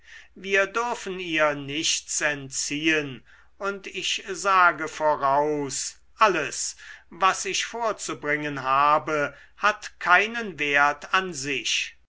wir dürfen ihr nichts entziehen und ich sage voraus alles was ich vorzubringen habe hat keinen wert an sich